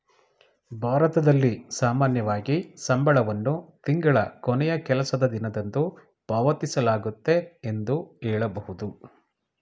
ಭಾರತದಲ್ಲಿ ಸಾಮಾನ್ಯವಾಗಿ ಸಂಬಳವನ್ನು ತಿಂಗಳ ಕೊನೆಯ ಕೆಲಸದ ದಿನದಂದು ಪಾವತಿಸಲಾಗುತ್ತೆ ಎಂದು ಹೇಳಬಹುದು